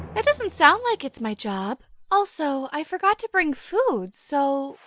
that doesn't sound like it's my job. also, i forgot to bring food so,